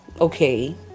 okay